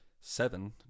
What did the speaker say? Seven